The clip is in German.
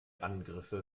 angriffe